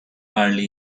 early